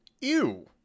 Ew